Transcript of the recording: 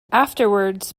afterwards